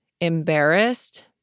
embarrassed